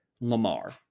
lamar